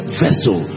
vessel